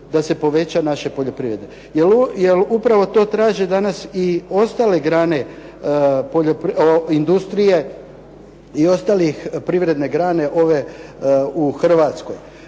da se poveća naše poljoprivrede. Jer upravo to traže danas i ostale grane industrije i ostalih privredne grane u Hrvatskoj.